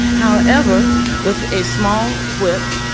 however with a small whip,